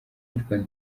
yicwa